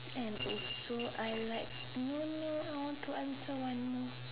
and also I like no no I want to answer one more